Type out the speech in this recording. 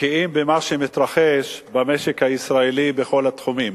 בקיאים במה שמתרחש במשק הישראלי בכל התחומים.